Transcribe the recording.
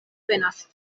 venas